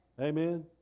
Amen